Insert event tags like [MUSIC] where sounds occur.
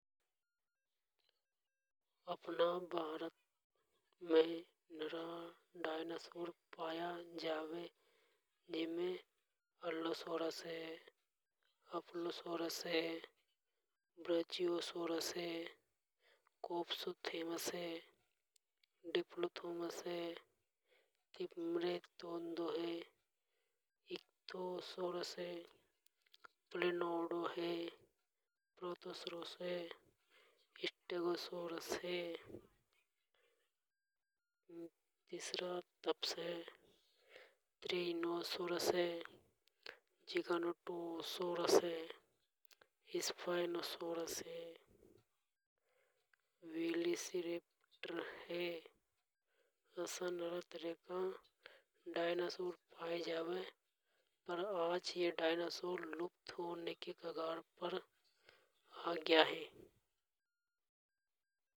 अपना भारत में नरा डायनासौर पाया जावे जीमे। [UNINTELLIGIBLE] डिप्लो थॉमस हे थिंब्रतोंद हे। एकथोसोर्स हे प्लेनेडो हे प्रोटोसरोस स्टेगोसर्स हे [UNINTELLIGIBLE] जिग्नोटोसोरस हे स्पेनोसॉर्स हे असा नरा सारा डायनासोर पाया जावे। पर आज ये लुप्त होने की कगार पर आग्या हे।